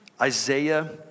Isaiah